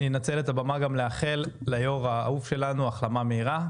אני אנצל את הבמה גם לאחל ליו"ר האהוב שלנו החלמה מהירה.